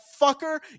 fucker